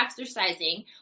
exercising